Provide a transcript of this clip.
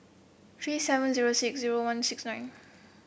three seven zero six zero one six nine